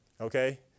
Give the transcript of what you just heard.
okay